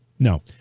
No